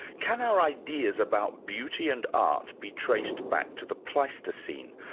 can our ideas about beauty and art be traced back to the pleistocene,